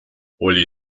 oli